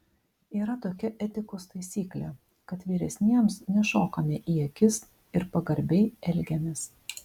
yra tokia etikos taisyklė kad vyresniems nešokame į akis ir pagarbiai elgiamės